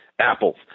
apples